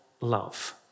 love